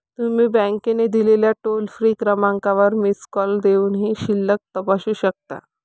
तुम्ही बँकेने दिलेल्या टोल फ्री क्रमांकावर मिस कॉल देऊनही शिल्लक तपासू शकता